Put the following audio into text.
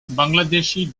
bangladeshi